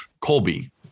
Colby